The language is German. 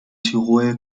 tirol